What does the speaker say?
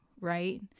right